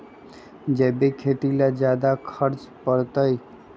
जैविक खेती ला ज्यादा खर्च पड़छई?